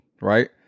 right